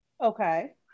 Okay